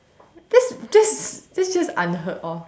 that's that's that's just unheard of